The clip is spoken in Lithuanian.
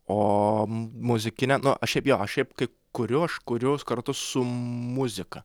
o muzikine nu aš šiaip jo aš šiaip kuriu aš kuriu kartu su muzika